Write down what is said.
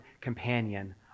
companion